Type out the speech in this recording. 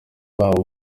babo